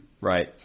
Right